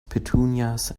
petunias